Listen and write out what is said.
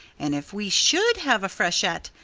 and if we should have a freshet.